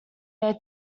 their